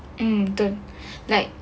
mm betul like